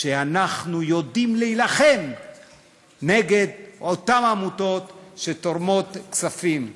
שאנחנו יודעים להילחם באותן עמותות שתורמים להן כספים.